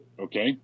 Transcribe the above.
okay